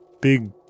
big